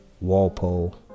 Walpole